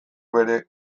bere